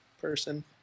person